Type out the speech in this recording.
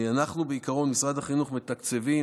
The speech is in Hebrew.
אנחנו במשרד החינוך בעיקרון מתקצבים,